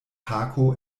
hako